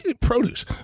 produce